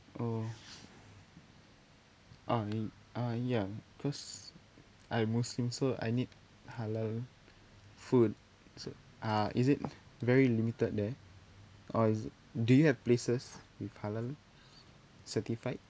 oh ah y~ ah ya cause I muslim so I need halal food so err is it very limited there or is it do you have places with halal certified